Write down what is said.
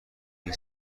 این